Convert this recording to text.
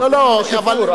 מקום לשיפור,